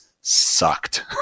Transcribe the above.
sucked